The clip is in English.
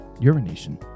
Urination